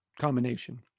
combination